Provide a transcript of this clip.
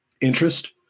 interest